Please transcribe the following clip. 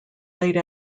late